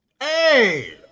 hey